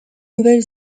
nouvelle